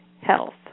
health